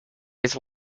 it’s